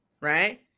right